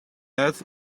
earth